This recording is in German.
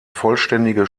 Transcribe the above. vollständige